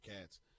cats